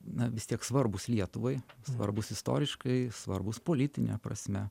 na vis tiek svarbūs lietuvai svarbūs istoriškai svarbūs politine prasme